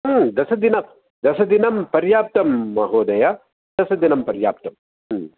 दशदिनं दशदिनं पर्याप्तं महोदय दशदिनं पर्याप्तं